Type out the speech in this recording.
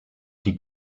die